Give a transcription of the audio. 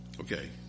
Okay